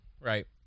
right